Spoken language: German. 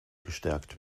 gestärkt